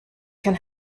can